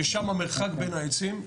ששם המרחק בין העצים,